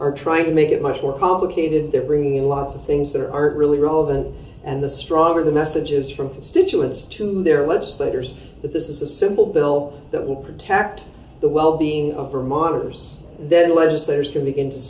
are trying to make it much more complicated they're bringing in lots of things that are really relevant and the stronger the messages from constituents to their legislators that this is a simple bill that will protect the well being of vermonters then legislators can begin to